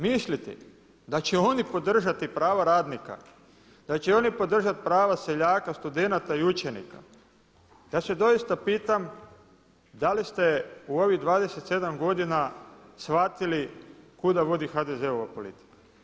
Misliti da će oni podržati prava radnika, da će oni podržati prava seljaka, studenata i učenika, ja se doista pitam da li ste u ovih 27 godina shvatili kuda vodi HDZ-ova politika?